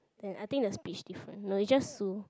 eh I think the speech different no it's just sue